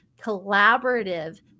collaborative